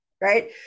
right